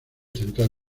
central